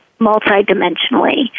multidimensionally